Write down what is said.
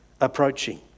approaching